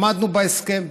עמדנו בהסכם.